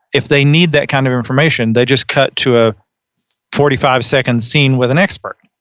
if they need that kind of information, they just cut to a forty five second scene with an expert.